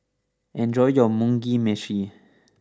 enjoy your Mugi Meshi